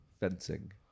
Fencing